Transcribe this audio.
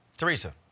Teresa